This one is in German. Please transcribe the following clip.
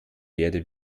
werde